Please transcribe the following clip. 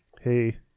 hey